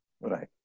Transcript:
Right